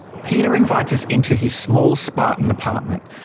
peter invites us into his small, spartan apartment.